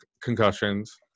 concussions